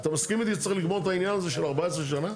אתה מסכים איתי שצריך לגמור את העניין הזה של 14 שנה?